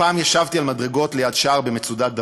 "פעם ישבתי על מדרגות ליד שער במצודת דוד,